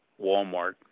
Walmart